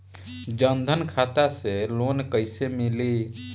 जन धन खाता से लोन कैसे मिली?